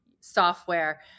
software